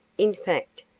in fact,